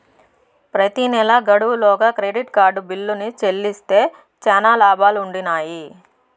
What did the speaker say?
ప్రెతి నెలా గడువు లోగా క్రెడిట్ కార్డు బిల్లుని చెల్లిస్తే శానా లాబాలుండిన్నాయి